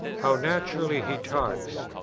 how naturally he talks!